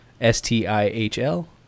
S-T-I-H-L